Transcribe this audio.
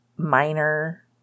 Minor